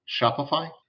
Shopify